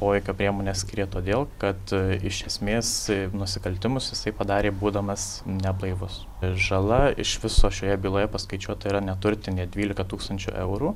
poveikio priemones skiria todėl kad iš esmės nusikaltimus jisai padarė būdamas neblaivus žala iš viso šioje byloje paskaičiuota yra neturtinė dvylika tūkstančių eurų